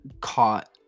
caught